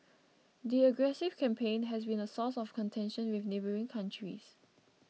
the aggressive campaign has been a source of contention with neighbouring countries